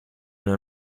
una